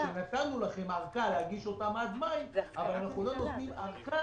שנתנו לכם ארכה להגיש אותם עד מאי אבל אנחנו לא נותנים ארכה